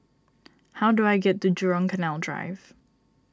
how do I get to Jurong Canal Drive